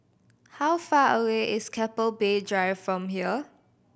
how far away is Keppel Bay Drive from here